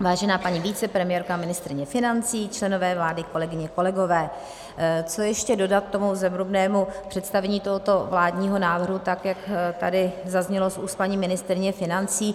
vážená paní vicepremiérko a ministryně financí, členové vlády, kolegyně, kolegové, co ještě dodat k tomu zevrubnému představení tohoto vládního návrhu, tak jak tady zaznělo z úst paní ministryně financí?